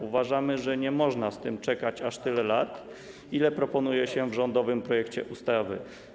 Uważamy, że nie można z tym czekać aż tyle lat, ile zaproponowano w rządowym projekcie ustawy.